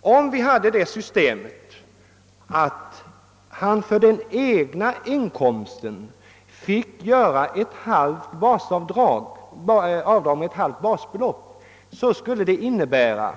Om vi hade ett system där inkomsttagaren i ett fall som jag här nämnt fick göra avdrag med ett halvt basbelopp skulle detta innebära